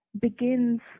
begins